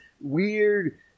weird